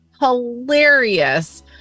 hilarious